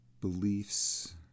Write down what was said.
beliefs